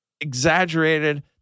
exaggerated